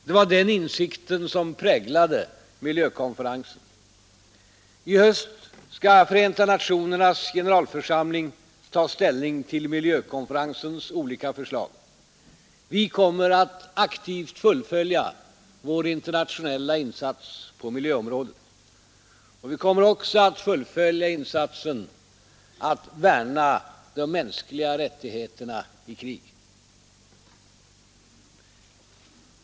Det var den insikt som präglade miljökonferensen. I höst skall Förenta nationernas generalförsamling ta ställning till miljökonferensens olika förslag. Vi kommer att aktivt fullfölja vår internationella insats på miljöområdet. Vi kommer också att fullfölja insatsen att värna de mänskliga rättigheterna i krig.